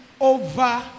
over